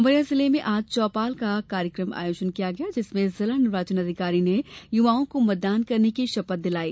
उमरिया जिले में आज चौपाल का आयोजन किया गया जिसमें जिला निर्वाचन अधिकारी ने युवाओं को मतदान करने की शपथ दिलाई